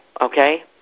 Okay